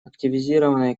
активизированной